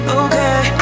okay